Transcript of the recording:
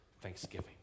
thanksgiving